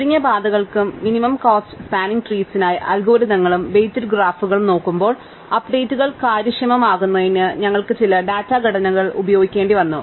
ചുരുങ്ങിയ പാതകൾക്കും minimum cost spanning ട്രീസിനായി അൽഗോരിതങ്ങളും വെയ്റ്റഡ് ഗ്രാഫുകളും നോക്കുമ്പോൾ അപ്ഡേറ്റുകൾ കാര്യക്ഷമമാക്കുന്നതിന് ഞങ്ങൾക്ക് ചില ഡാറ്റാ ഘടനകൾ ഉപയോഗിക്കേണ്ടിവന്നു